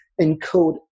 encode